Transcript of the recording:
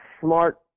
smart